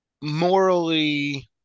Morally